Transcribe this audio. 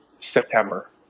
September